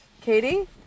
Katie